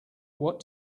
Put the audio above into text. what